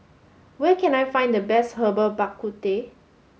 where can I find the best Herbal Bak Ku Teh